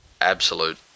Absolute